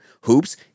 hoops